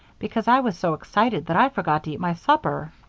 because i was so excited that i forgot to eat my supper.